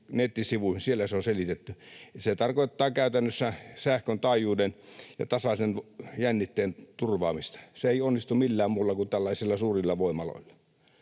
nettisivuihin. Siellä se on selitetty. Se tarkoittaa käytännössä sähkön taajuuden ja tasaisen jännitteen turvaamista. Se ei onnistu millään muulla kuin tällaisilla suurilla voimaloilla.